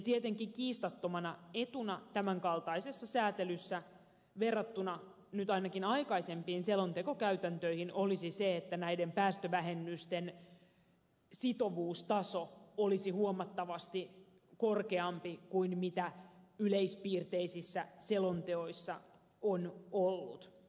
tietenkin kiistattomana etuna tämän kaltaisessa säätelyssä verrattuna nyt ainakin aikaisempiin selontekokäytäntöihin olisi se että näiden päästövähennysten sitovuustaso olisi huomattavasti korkeampi kuin yleispiirteisissä selonteoissa on ollut